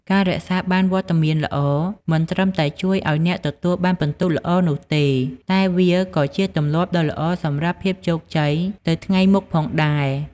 ការរក្សាបាននូវវត្តមានល្អ មិនត្រឹមតែជួយឱ្យអ្នកទទួលបានពិន្ទុល្អនោះទេ តែវាក៏ជាទម្លាប់ដ៏ល្អសម្រាប់ភាពជោគជ័យទៅថ្ងៃមុខផងដែរ។